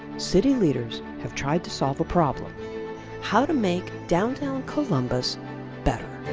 city leaders have tried to solve a problem how to make downtown columbus better!